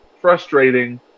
frustrating